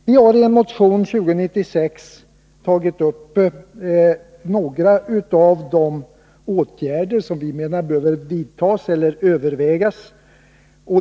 Vi har i en motion, 2096, tagit upp några av de åtgärder som vi menar behöver vidtas eller övervägas.